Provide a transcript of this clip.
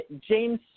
James